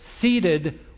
seated